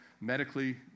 medically